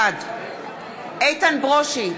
בעד איתן ברושי,